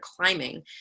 climbing